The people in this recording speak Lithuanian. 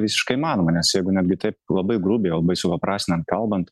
visiškai įmanoma nes jeigu netgi taip labai grubiai labai supaprastinant kalbant